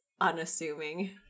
unassuming